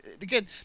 Again